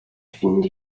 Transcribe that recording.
fynd